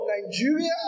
Nigeria